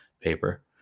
paper